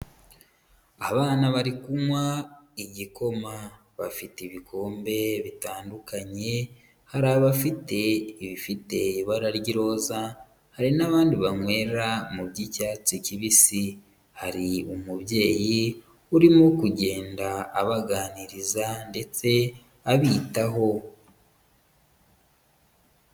Abana bari kunywa igikoma bafite ibikombe bitandukanye, hari abafite ibifite ibara ry'iroza, hari n'abandi banywera mu by'icyatsi kibisi, hari umubyeyi urimo kugenda abaganiriza ndetse abitaho.